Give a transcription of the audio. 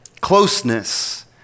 Closeness